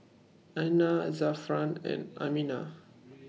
Aina Zafran and Aminah